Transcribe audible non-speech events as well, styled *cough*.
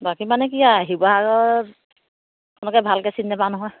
বাকী মানে কি আৰু শিৱসাগৰত *unintelligible* ভালকৈ চিনি নাপাওঁ নহয়